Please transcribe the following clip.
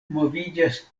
moviĝas